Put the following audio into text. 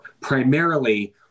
primarily